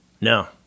No